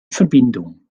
verbindung